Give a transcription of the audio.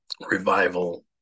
revival